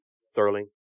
Sterling